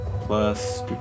plus